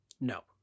No